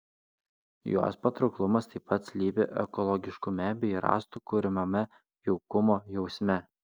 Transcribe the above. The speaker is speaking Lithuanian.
jos patrauklumas taip pat slypi ekologiškume bei rąstų kuriamame jaukumo jausme